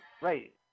Right